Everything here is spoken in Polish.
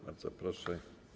Bardzo proszę.